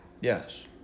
Yes